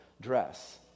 dress